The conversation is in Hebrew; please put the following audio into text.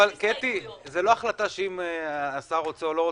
10:43) זו לא החלטה שאם השר רוצה או לא.